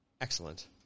Excellent